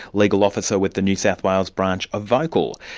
legal officer with the new south wales branch of vocal.